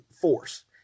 force